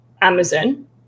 Amazon